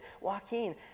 Joaquin